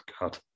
God